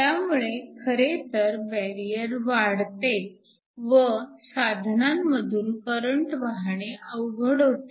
त्यामुळे खरेतर बॅरिअर वाढते व साधनांमधून करंट वाहणे अवघड होते